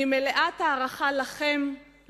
אני מלאת הערכה לכם,